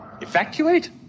Evacuate